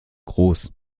groß